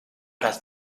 las